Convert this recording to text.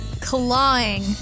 clawing